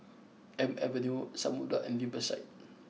Elm Avenue Samudera and Riverside